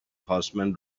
horseman